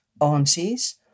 OMCs